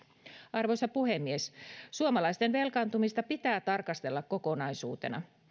arvoisa puhemies suomalaisten velkaantumista pitää tarkastella kokonaisuutena